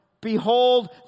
Behold